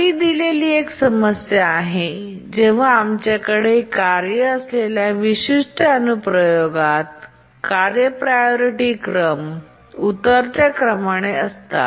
खाली दिलेली एक समस्या आहे जेव्हा आमच्याकडे कार्ये असलेल्या विशिष्ट अनुप्रयोगात कार्ये प्रायोरिटी क्रम उतरत्या क्रमाने असतात